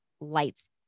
lights